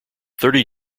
thirty